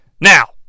Now